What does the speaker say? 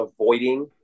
avoiding